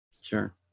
sure